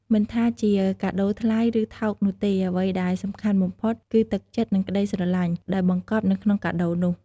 មិនថាជាកាដូថ្លៃ ឬថោកនោះទេ អ្វីដែលសំខាន់បំផុតគឺ ទឹកចិត្ត និងក្ដីស្រឡាញ់ ដែលបង្កប់នៅក្នុងកាដូនោះ។